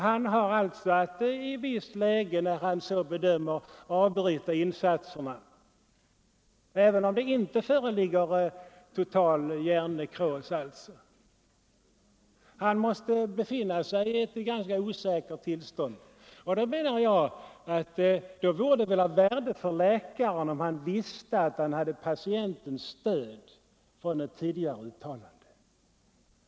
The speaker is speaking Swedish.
Han har alltså att i ett visst läge, när han så bedömer lämpligt, avbryta insatserna — även om det inte föreligger total hjärnnekros. Han måste befinna sig i en ganska osäker belägenhet. Det vore av värde för läkaren om han från ett tidigare uttalande av patienten visste att han hade dennes stöd.